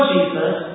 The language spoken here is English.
Jesus